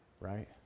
right